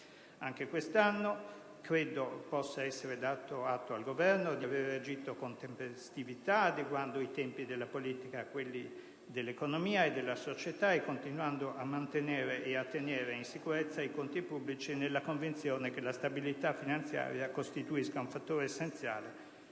Anche quest'anno credo possa essere dato atto al Governo di aver agito con tempestività, adeguando i tempi della politica a quelli dell'economia e della società e continuando a mantenere e a tenere in sicurezza i conti pubblici, nella convinzione che la stabilità finanziaria costituisca un fattore essenziale